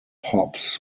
hops